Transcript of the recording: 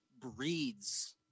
breeds